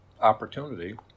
opportunity